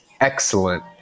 excellent